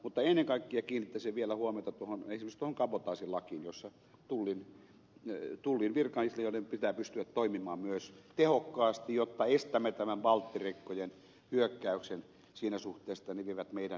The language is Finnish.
mutta ennen kaikkea kiinnittäisin vielä huomiota esimerkiksi tuohon kabotaasilakiin jossa tullivirkailijoiden pitää pystyä toimimaan myös tehokkaasti jotta estämme tämän balttirekkojen hyökkäyksen siinä suhteessa että ne vievät meidän yrittäjiltä työn